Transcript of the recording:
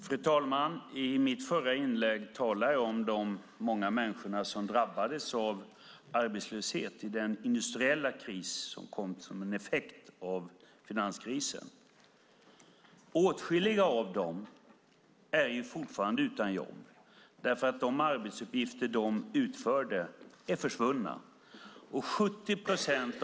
Fru talman! I mitt förra inlägg talade jag om alla de människor som drabbades av arbetslöshet i den industriella kris som var en effekt av finanskrisen. Åtskilliga av dem är fortfarande utan jobb eftersom de arbetsuppgifter de utförde är försvunna.